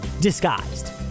disguised